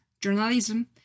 journalism